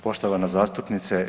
Poštovana zastupnice.